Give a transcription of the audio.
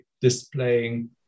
displaying